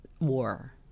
war